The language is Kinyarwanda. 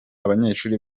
abanyeshuri